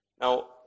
Now